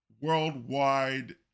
worldwide